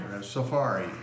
Safari